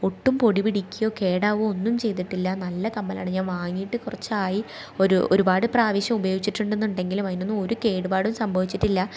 ഒട്ടും പൊടി പിടിക്കുകയോ കേടാവുകയോ ഒന്നും ചെയ്തിട്ടില്ല നല്ല കമ്മലാണ് ഞാൻ വാങ്ങിയിട്ട് കുറച്ചായി ഒരു ഒരുപാട് പ്രാവശ്യം ഉപയോഗിച്ചിട്ടുണ്ടെങ്കിലും അതിനൊന്നും കേടുപാടു സംഭവിച്ചിട്ടില്ല